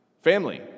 Family